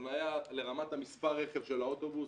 הפנייה לרמת מספר הרכב של האוטובוס,